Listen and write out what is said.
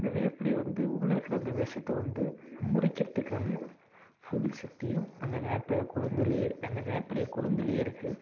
அந்த வேப்பிலையை வந்து உள்ள இருக்கிற அந்த விஷத்த வந்து முறிக்கிறதுக்கான ஃபுல் சக்தியும் அந்த வேப்பிலை கொழுந்துலேயே அந்த வேப்பிலை கொழுந்துலேயே இருக்குது